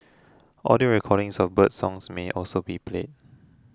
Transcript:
audio recordings of birdsong may also be played